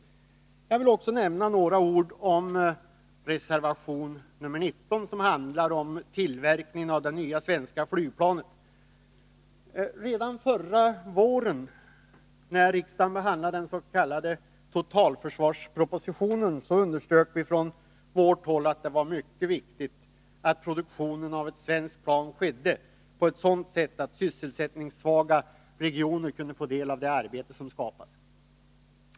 Jag vill också nämna några ord om reservation nr 19, som handlar om tillverkningen av det nya svenska flygplanet. Redan förra våren, när riksdagen behandlade den s.k. totalförsvarspropositionen, underströk vi från vårt håll att det var mycket viktigt att produktionen av ett svenskt plan skedde på ett sådant sätt att sysselsättningssvaga regioner kunde få del av det arbete som skapas.